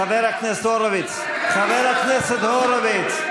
חבר הכנסת הורוביץ,